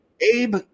Abe